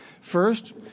First